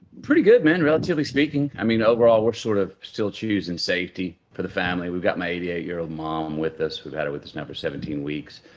pretty good, man, relatively speaking. i mean, overall we're sort of still choosing safety for the family. we've got my eighty eight year old mom with us. we've had her with us now for seventeen weeks.